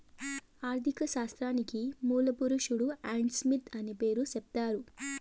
ఆర్ధిక శాస్త్రానికి మూల పురుషుడు ఆడంస్మిత్ అనే పేరు సెప్తారు